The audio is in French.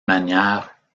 manière